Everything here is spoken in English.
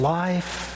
life